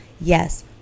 yes